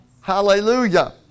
Hallelujah